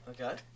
Okay